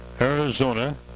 Arizona